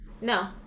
No